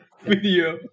video